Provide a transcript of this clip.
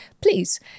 please